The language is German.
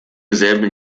selben